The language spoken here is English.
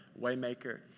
Waymaker